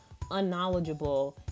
unknowledgeable